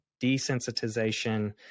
desensitization